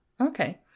Okay